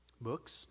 Books